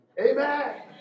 Amen